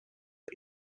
are